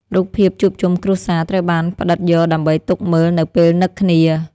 រូបភាពជួបជុំគ្រួសារត្រូវបានផ្ដិតយកដើម្បីទុកមើលនៅពេលនឹកគ្នា។